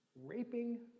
raping